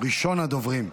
ראשון הדוברים.